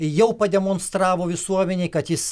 jau pademonstravo visuomenei kad jis